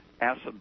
acid